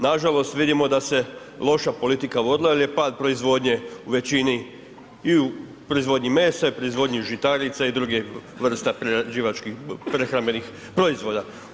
Nažalost, vidimo da se loša politika vodila jer je pad proizvodnje u većini i u proizvodnji mesa i u proizvodnji žitarica i u drugim vrsta prerađivačkih prehrambenih proizvoda.